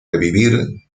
revivir